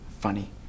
Funny